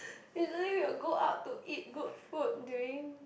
usually we will go out to eat good food during